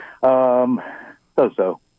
So-so